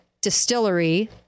Distillery